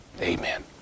Amen